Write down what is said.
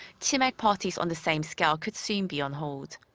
chimaek parties on the same scale could soon be on hold.